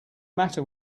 matter